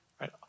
right